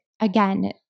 again